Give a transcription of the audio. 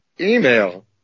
email